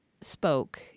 spoke